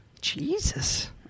Jesus